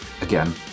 again